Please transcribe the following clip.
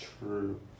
True